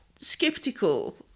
skeptical